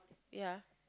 ya